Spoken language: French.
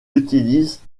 utilise